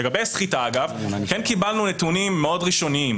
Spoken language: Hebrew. לגבי סחיטה אגב קיבלנו נתונים מאוד ראשוניים,